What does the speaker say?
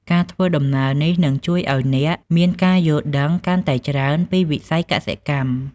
ការធ្វើដំណើរនេះនឹងជួយឱ្យអ្នកមានការយល់ដឹងកាន់តែច្រើនពីវិស័យកសិកម្ម។